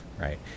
right